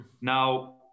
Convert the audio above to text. Now